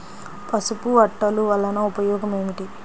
పసుపు అట్టలు వలన ఉపయోగం ఏమిటి?